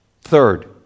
Third